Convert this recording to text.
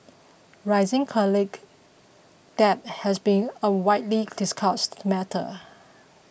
rising debt has been a widely discussed matter